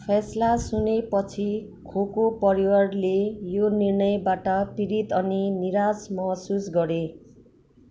फैसला सुनेपछि खोको परिवारले यो निर्णयबाट पीडित अनि निराश महसुस गरे